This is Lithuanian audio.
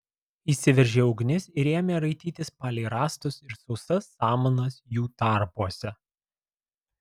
įsiveržė ugnis ir ėmė raitytis palei rąstus ir sausas samanas jų tarpuose